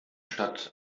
stadt